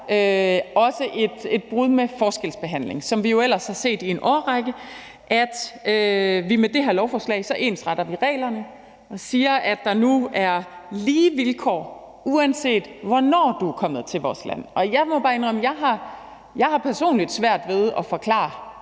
også et brud med forskelsbehandling, som vi jo ellers har set i en årrække. Med det her lovforslag ensretter vi reglerne og siger, at der nu er lige vilkår, uanset hvornår du er kommet til vores land. Jeg må bare indrømme, at jeg personligt har svært ved at forklare